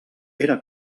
era